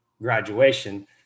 graduation